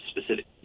specific